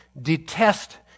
Detest